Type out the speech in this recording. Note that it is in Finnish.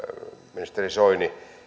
ministeri soini